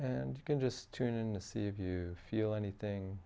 and you can just tune in to see if you feel anything